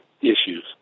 issues